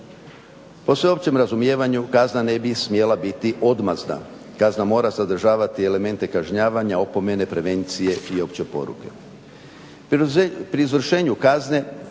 Po sveopćem razumijevanju kazna ne bi smjela biti odmazda. Kazna mora sadržavati elemente kažnjavanja, opomene, prevencije i opće poruke. Pri izvršenju kazne,